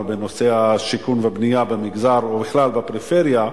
בנושא השיכון והבנייה במגזר ובכלל בפריפריה,